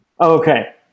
Okay